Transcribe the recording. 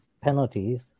penalties